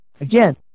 Again